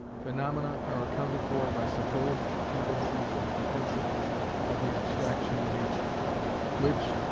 phaenomena are accounted for by supposed tendencies and propensities of the abstraction nature which,